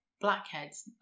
blackheads